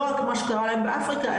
לא כמו שקרה להם באפריקה,